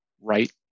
right